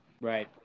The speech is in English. Right